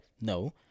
no